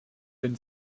been